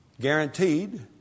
Guaranteed